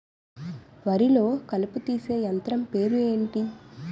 వరి లొ కలుపు తీసే యంత్రం పేరు ఎంటి?